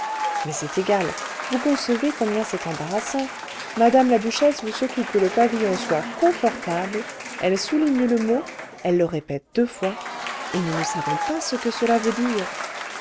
mais c'est égal vous concevez combien c'est embarrassant mme la duchesse veut surtout que le pavillon soit confortable elle souligne le mot elle le répète deux fois et nous ne savons pas ce que cela veut dire